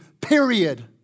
period